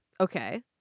Okay